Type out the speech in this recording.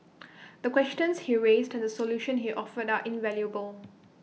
the questions he raised to the solutions he offered are invaluable